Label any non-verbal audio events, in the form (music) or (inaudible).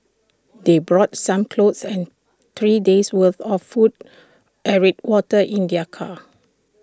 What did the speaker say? (noise) they brought some clothes and three days' worth of food (unintelligible) water in their car